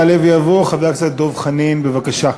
יעלה ויבוא חבר הכנסת דב חנין, בבקשה.